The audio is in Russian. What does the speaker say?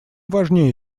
важнее